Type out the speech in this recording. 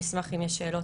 אני אשמח אם יש שאלות,